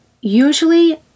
usually